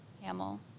Hamill